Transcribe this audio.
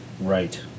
Right